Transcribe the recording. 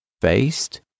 faced